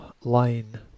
line